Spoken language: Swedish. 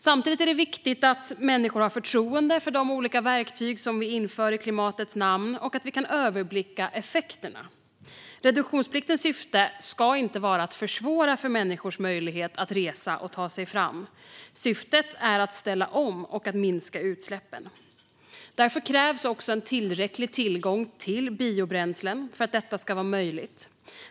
Samtidigt är det viktigt att människor har förtroende för de olika verktyg som vi inför i klimatets namn och att vi kan överblicka effekterna. Reduktionspliktens syfte ska inte vara att försvåra för människors möjligheter att resa och ta sig fram. Syftet är att ställa om och att minska utsläppen. Därför krävs också en tillräcklig tillgång till biobränslen för att detta ska vara möjligt.